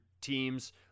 teams